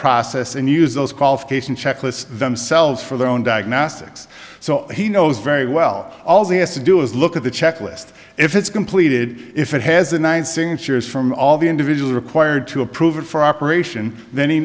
process and used those qualification checklists themselves for their own diagnostics so he knows very well all the has to do is look at the checklist if it's completed if it has a nine singing shares from all the individual required to approve it for operation then he